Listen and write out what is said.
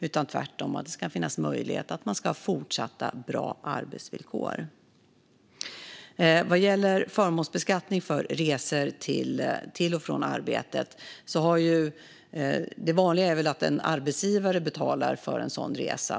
Det ska tvärtom finnas möjligheter för att fortsätta ha bra arbetsvillkor. Vad gäller förmånsbeskattning av resor till och från arbetet är det vanliga att det är arbetsgivaren som betalar för en sådan resa.